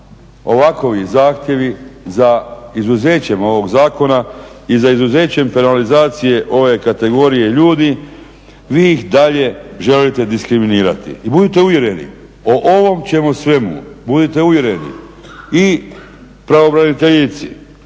ovakovi zahtjevi za izuzećem ovog zakona i za izuzećem penalizacije ove kategorije ljudi vi ih dalje želite diskriminirati. I budite uvjereni o ovom ćemo svemu budite uvjereni i pravobraniteljici